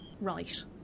Right